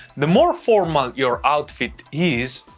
the more formal your outfit is,